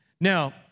Now